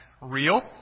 Real